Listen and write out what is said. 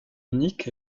unique